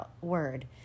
word